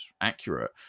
accurate